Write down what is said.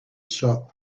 shop